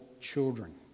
children